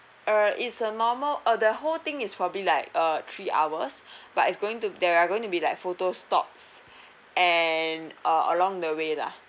err is a normal uh the whole thing is probably like uh three hours but is going to there are going to be like photo stops and uh along the way lah